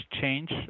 change